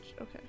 Okay